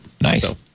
Nice